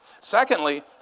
Secondly